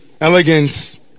elegance